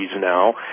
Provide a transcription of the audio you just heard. now